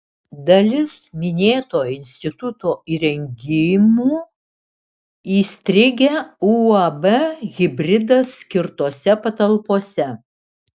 dalis minėto instituto įrengimų įstrigę uab hibridas skirtose patalpose